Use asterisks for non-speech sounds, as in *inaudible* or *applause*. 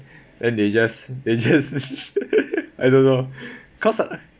*breath* then they just they just *laughs* I don't know *breath* 'cause like